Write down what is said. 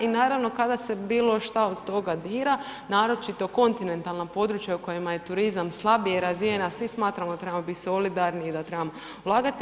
I naravno kada se bilo što od toga dira naročito kontinentalna područja o kojima je turizam slabije razvijen, a svi smatramo da trebamo biti solidarni i da trebamo ulagati.